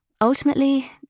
ultimately